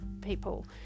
people